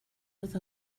with